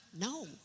No